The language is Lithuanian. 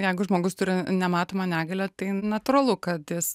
jeigu žmogus turi nematomą negalią tai natūralu kad jis